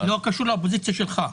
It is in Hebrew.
לא קשור לאופוזיציה שלך.